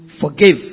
forgive